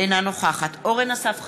אינה נוכחת אורן אסף חזן,